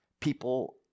people